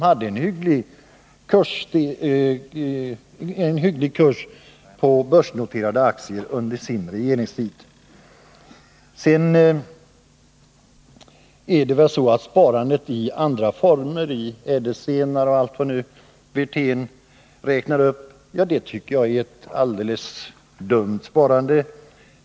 Under den socialdemokratiska regeringstiden var det ju hyggliga kurser på börsnoterade aktier. Sparandet i ädelstenar och allt vad det var Rolf Wirtén räknade upp tycker n jag är ett dumt sparande.